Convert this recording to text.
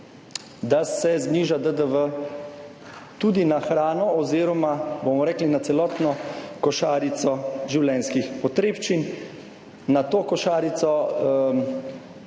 da se zniža DDV tudi na hrano oziroma, bomo rekli, na celotno košarico življenjskih potrebščin, na to košarico,